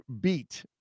beat